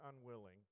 unwilling